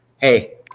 hey